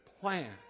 plan